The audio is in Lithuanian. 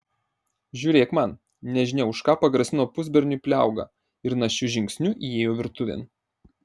žiūrėk man nežinia už ką pagrasino pusberniui pliauga ir našiu žingsniu įėjo virtuvėn